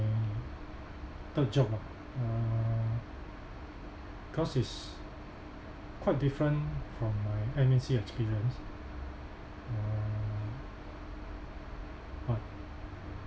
third job lah uh cause it's quite different from my M_N_C experience uh but